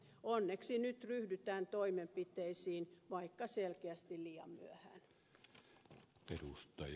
onneksi nyt ryhdytään toimenpiteisiin vaikka selkeästi liian myöhään